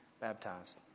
baptized